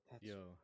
yo